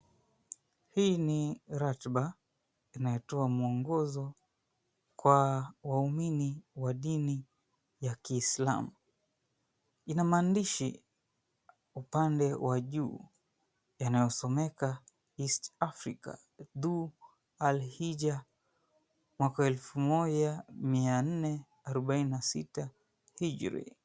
Hii ni ratiba inayotoa mwongozo kwa waumini wa dini ya kiislamu. Ina maandishi upande wa juu yanayosomeka 'East Africa Dhu Alhija, mwaka 1446, Hijiri'.